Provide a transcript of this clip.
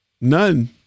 none